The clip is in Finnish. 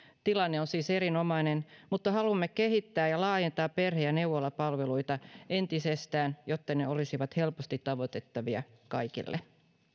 tilanne on siis erinomainen mutta haluamme kehittää ja laajentaa perhe ja neuvolapalveluita entisestään jotta ne olisivat helposti tavoitettavia kaikille